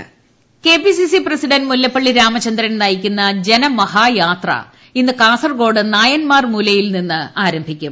ജനമഹായാത്ര K P C C president Mullappally Ramachandran നയിക്കുന്ന ജനമഹായാത്ര ഇന്ന് കാസർകോട് നയാന്മാർമൂലയിൽ നിന്ന് ആരംഭിക്കും